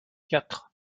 quatre